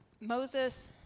Moses